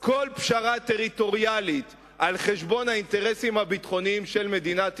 כל פשרה טריטוריאלית על-חשבון האינטרסים הביטחוניים של מדינת ישראל,